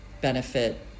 benefit